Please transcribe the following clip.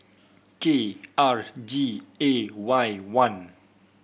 K R G A Y one